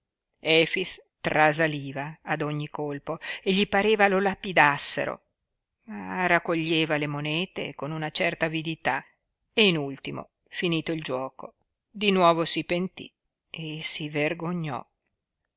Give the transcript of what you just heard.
trasaliva ad ogni colpo e gli pareva lo lapidassero ma raccoglieva le monete con una certa avidità e in ultimo finito il giuoco di nuovo si pentí e si vergognò